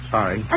Sorry